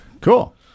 Cool